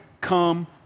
come